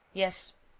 yes.